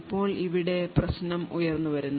ഇപ്പോൾ ഇവിടെ പ്രശ്നം ഉയർന്നുവരുന്നു